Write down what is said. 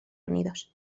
unidos